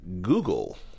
Google